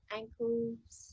ankles